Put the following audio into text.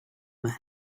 man